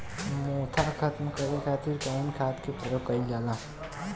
मोथा खत्म करे खातीर कउन खाद के प्रयोग कइल जाला?